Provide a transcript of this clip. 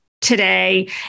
today